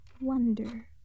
wonder